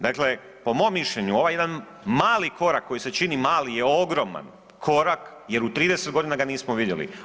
Dakle, po mom mišljenju ovaj jedan mali korak, koji se čini mali je ogroman korak jer u 30.g. ga nismo vidjeli.